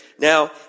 Now